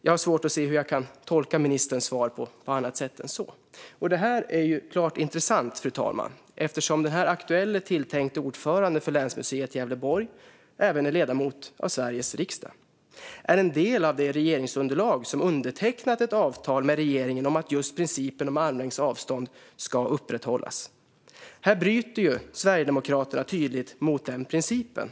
Jag har svårt att se hur jag kan tolka ministerns svar på något annat sätt. Det här är klart intressant, fru talman, eftersom den aktuelle tilltänkte ordföranden för Länsmuseet Gävleborg även är ledamot av Sveriges riksdag och en del av det regeringsunderlag som undertecknat ett avtal med regeringen om att principen om armlängds avstånd ska upprätthållas. Här bryter ju Sverigedemokraterna tydligt mot den principen.